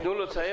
תנו לו לסיים.